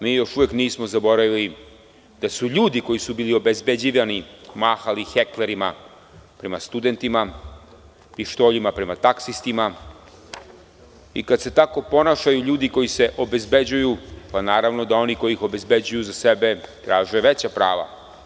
Mi još uvek nismo zaboravili da su ljudi koji su bili obezbeđivani mahali heklerima prema studentima, pištoljima prema taksistima i kad se tako ponašaju ljudi koji se obezbeđuju, pa naravno da oni koji ih obezbeđuju za sebe traže veća prava.